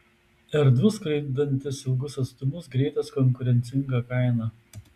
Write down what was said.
erdvus skraidantis ilgus atstumus greitas konkurencinga kaina